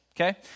okay